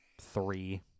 three